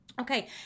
okay